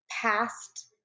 past